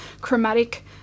chromatic